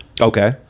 Okay